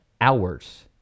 hours